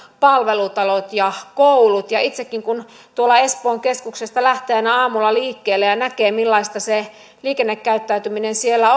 palvelutalot ja koulut itsekin kun tuolta espoon keskuksesta lähtee aina aamulla liikkeelle ja näkee millaista se liikennekäyttäytyminen siellä